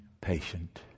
patient